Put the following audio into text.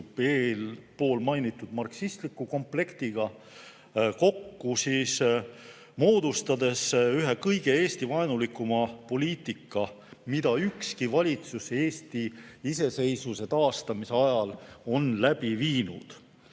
eespool mainitud marksistliku komplektiga, moodustades ühe kõige Eesti‑vaenulikuma poliitika, mida ükski valitsus Eesti iseseisvuse taastamise järel on läbi viinud.